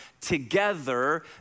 together